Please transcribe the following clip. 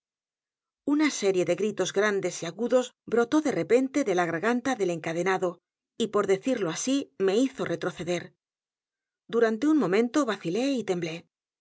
una serie de gritos grandes y agudos brotó de r e pente de la g a r g a n t a del encadenado y por decirlo así me hizo retroceder durante un momento vacilé y temblé